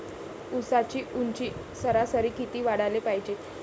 ऊसाची ऊंची सरासरी किती वाढाले पायजे?